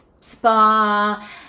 spa